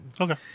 Okay